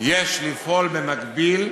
יש לפעול, במקביל,